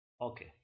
okay